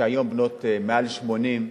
שהיום בנות מעל 80,